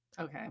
okay